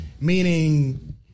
meaning